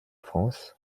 france